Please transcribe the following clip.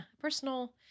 personal